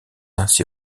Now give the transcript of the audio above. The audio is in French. ainsi